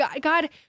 God